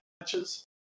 matches